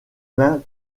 main